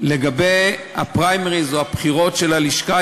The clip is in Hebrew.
לגבי הפריימריז או הבחירות של הלשכה,